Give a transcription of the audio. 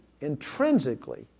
intrinsically